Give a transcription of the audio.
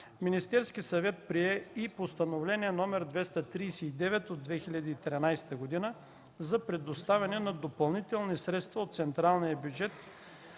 Министерският съвет прие и Постановление № 239 от 2013 г. за предоставяне на допълнителни средства от централния бюджет